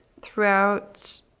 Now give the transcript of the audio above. throughout